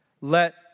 Let